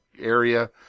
area